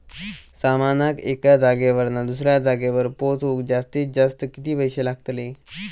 सामानाक एका जागेवरना दुसऱ्या जागेवर पोचवूक जास्तीत जास्त किती पैशे लागतले?